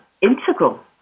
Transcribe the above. integral